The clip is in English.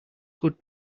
good